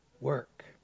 work